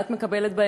את מקבלת,